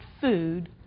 food